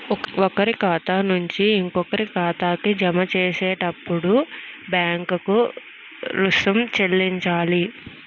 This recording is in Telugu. ఒకరి ఖాతా నుంచి ఇంకొకరి ఖాతాకి జమ చేసేటప్పుడు బ్యాంకులకు రుసుం చెల్లించాలి